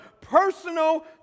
personal